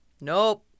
Nope